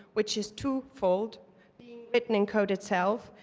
which is two-fold being written in code itself.